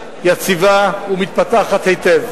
יציבה ומתפתחת היטב.